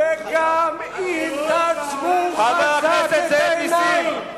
וגם אם תעצמו חזק את העיניים,